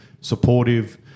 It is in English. supportive